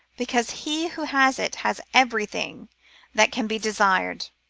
because he who has it has everything that can be desired.